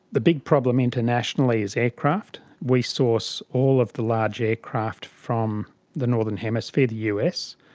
the big problem internationally is aircraft. we source all of the large aircraft from the northern hemisphere, the us.